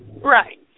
Right